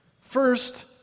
First